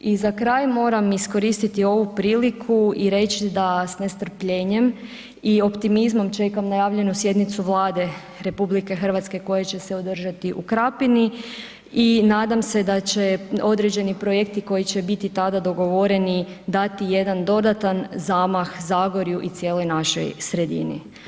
I za kraj moram iskoristiti ovu priliku i reći da s nestrpljenjem i optimizmom čekam najavljenu sjednicu Vlade RH koja će se održati u Krapini i nadam se da će određeni projekti koji će biti tada dogovoreni dati jedan dodatan zamah Zagorju i cijeloj našoj sredini.